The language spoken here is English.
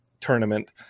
tournament